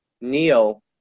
Neo